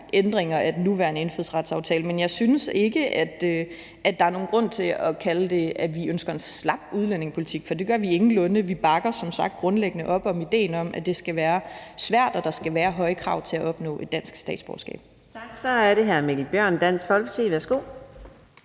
ændringer af den nuværende indfødsretsaftale, men jeg synes ikke, at der er nogen grund til at beskrive det som, at vi ønsker en slap udlændingepolitik, for det gør vi ingenlunde. Vi bakker som sagt grundlæggende op om idéen om, at det skal være svært, og at der skal være høje krav til at opnå et dansk statsborgerskab. Kl. 10:36 Fjerde næstformand (Karina